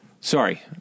Sorry